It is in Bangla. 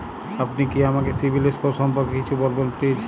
আপনি কি আমাকে সিবিল স্কোর সম্পর্কে কিছু বলবেন প্লিজ?